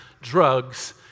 drugs